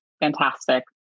Fantastic